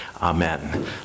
Amen